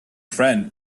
friend